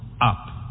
up